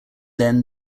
then